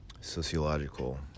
sociological